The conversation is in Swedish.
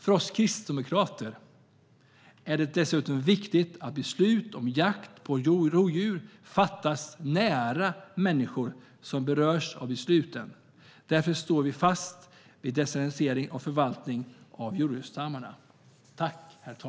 För oss kristdemokrater är det dessutom viktigt att beslut om jakt på rovdjur fattas nära de människor som berörs av besluten. Därför står vi fast vid en decentraliserad förvaltning av rovdjursstammarna.